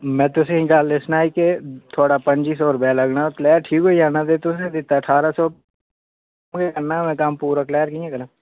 में तुसें ई गल्ल एह् सनाई केह् थुआढ़ा पंजी सौ रपेआ लग्गना क्लेअर ठीक होई जाना ते तुसें दित्ता ठारां सौ ओह्दे ने न्हाड़ा कम्म पूरा क्लेअर कि'यां करां